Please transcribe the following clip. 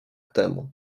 temu